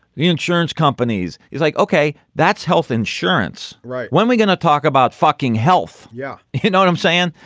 the insurance companies is like, ok, that's health insurance, right? when we're going to talk about fucking health. yeah. you know what i'm saying?